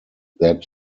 that